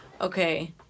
okay